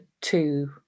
two